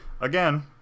again